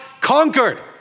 conquered